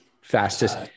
Fastest